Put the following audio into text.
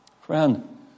Friend